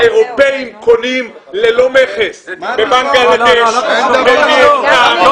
האירופאים קונים ללא מכס בבנגלדש --- לא